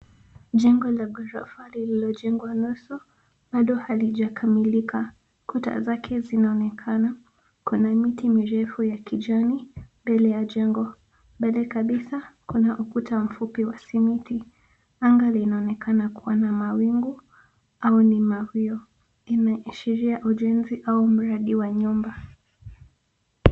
Jengo la ghorofa lililojengwa nusu bado halijakamilika. Kuta zake zinaonekana. Kuna miti mirefu ya kijani mbele ya jengo. Mbele kabisa kuna ukuta mfupi wa simiti. Anga linaonekana kuwa na mawingu au ni mawio. Inaashiria ujenzi au mradi wa nyumba.